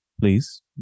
Please